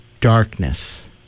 Darkness